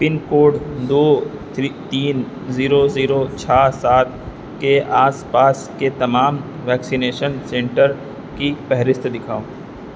پن code دو three تین zero zero چھ سات کے آس پاس کے تمام ویکسینیشن سنٹر کی فہرست دکھاؤ